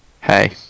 Hey